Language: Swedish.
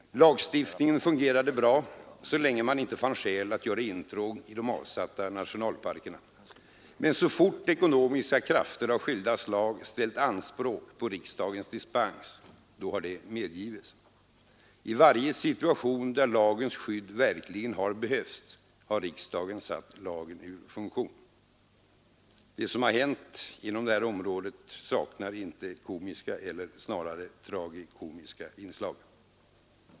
Lagstiftningen fungerade bra — så länge man inte fann skäl att göra intrång i de avsatta nationalparkerna. Men så fort ekonomiska krafter av skilda slag ställer anspråk på riksdagens dispens har dispens medgivits. I varje situation där lagens skydd verkligen har behövts har riksdagen satt lagen ur funktion. Det som hänt på det här området saknar icke komiska, eller snarare tragikomiska, inslag.